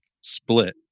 split